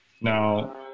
Now